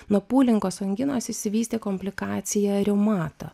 nuo pūlingos anginos išsivystė komplikacija reumato